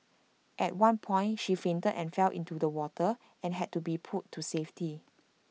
at one point she fainted and fell into the water and had to be pulled to safety